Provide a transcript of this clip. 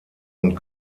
und